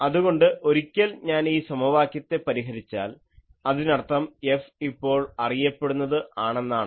അതുകൊണ്ട് ഒരിക്കൽ ഞാൻ ഈ സമവാക്യത്തെ പരിഹരിച്ചാൽഅതിനർത്ഥം F ഇപ്പോൾ അറിയപ്പെടുന്നത് ആണെന്നാണ്